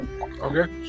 Okay